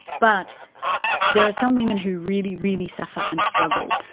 but there are some women who really, really suffer and struggle.